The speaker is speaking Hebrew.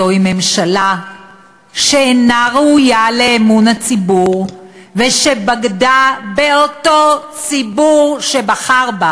זו ממשלה שאינה ראויה לאמון הציבור ושבגדה באותו ציבור שבחר בה.